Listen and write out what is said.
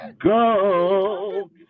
Go